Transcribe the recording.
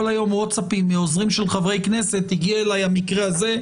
היום ווטסאפים מעוזרי חברי הכנסת לגבי המקרים השונים.